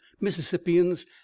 mississippians